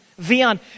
Vian